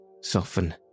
soften